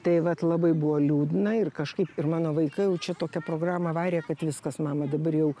tai vat labai buvo liūdna ir kažkaip ir mano vaikai jau čia tokią programą varė kad viskas mama dabar jau